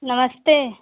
नमस्ते